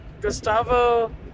Gustavo